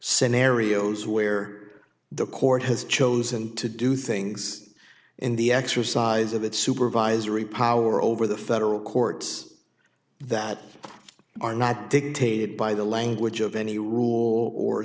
scenarios where the court has chosen to do things in the exercise of its supervisory power over the federal courts that are not dictated by the language of any rule or